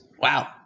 Wow